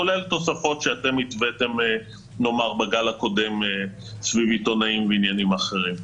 כולל תוספות שאתם התוויתם בגל הקודם בשביל עיתונאים ועניינים אחרים.